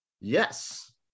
yes